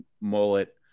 mullet